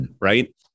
right